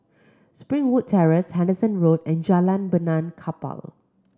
Springwood Terrace Henderson Road and Jalan Benaan Kapal